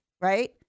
right